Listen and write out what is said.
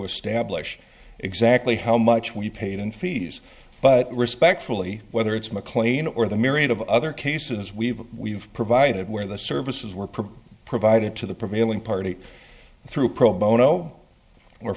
establish exactly how much we paid in fees but respectfully whether it's mclean or the myriad of other cases we've we've provided where the services were provided to the prevailing party through pro bono or